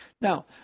Now